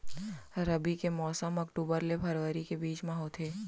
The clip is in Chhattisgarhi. रबी के मौसम अक्टूबर ले फरवरी के बीच मा होथे